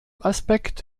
aspekt